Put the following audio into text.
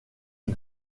est